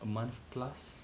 a month plus